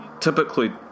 typically